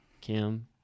Kim